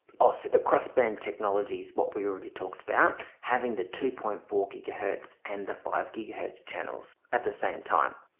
also the cross band technology is what we already talked about having the two point four gigahertz and the five gigahertz channels at the same time.